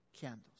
candles